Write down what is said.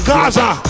Gaza